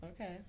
Okay